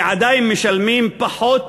ועדיין משלמים, פחות